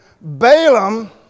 Balaam